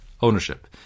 ownership